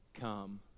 Come